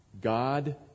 God